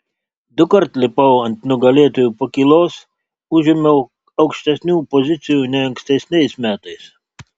dukart lipau ant nugalėtojų pakylos užėmiau aukštesnių pozicijų nei ankstesniais metais